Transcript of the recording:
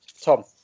Tom